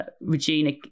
Regina